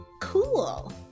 Cool